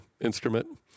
instrument